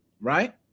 right